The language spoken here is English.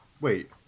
wait